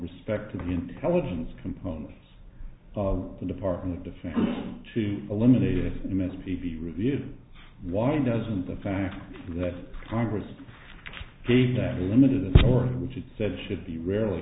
respect to the intelligence component of the department of defense to eliminate them as p p review why doesn't the fact that congress gave that limited authority which it says should be rarely